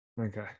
Okay